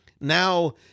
Now